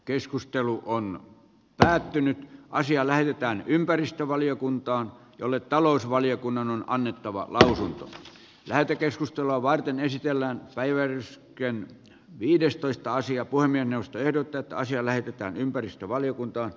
keskustelu on päättynyt ja asia lähetetään ympäristövaliokuntaan jolle talousvaliokunnan on annettavaa lausuntoa lähetekeskustelua varten esitellään väyrys kemi viidestoista sija puhemiesneuvosto ehdottaa että asia lähetetään ympäristövaliokuntaan